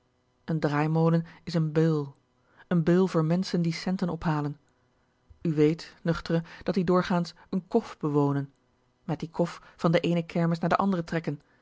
een draaimolen is een beul een beul voor menschen die centen ophalen u weet nuchtere dat die doorgaans een kof bewonen met die kof van de eene kermis naar de andre trekken